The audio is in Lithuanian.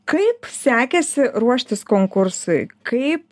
kaip sekėsi ruoštis konkursui kaip